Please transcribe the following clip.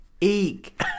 Eek